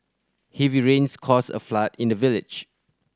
heavy rains caused a flood in the village